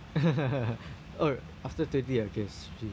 or after thirty ah okay